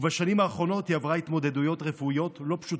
ובשנים האחרונות היא עברה התמודדויות רפואיות לא פשוטות.